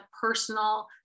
personal